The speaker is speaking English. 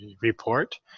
report